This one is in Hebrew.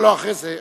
לא, אחרי זה.